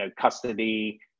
custody